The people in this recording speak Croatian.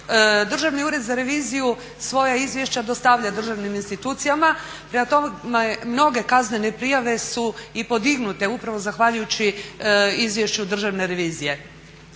Državni ured za reviziju svoja izvješća dostavlja državnim institucijama. Prema tome, mnoge kaznene prijave su i podignute upravo zahvaljujući izvješću Državne revizije.